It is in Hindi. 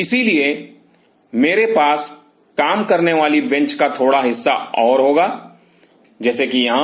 इसलिए मेरे पास काम करने वाली बेंच का थोड़ा और हिस्सा होगा जैसे कि यहां